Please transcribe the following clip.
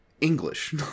English